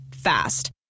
fast